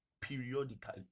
periodically